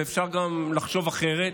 אפשר גם לחשוב אחרת,